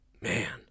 man